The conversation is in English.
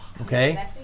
okay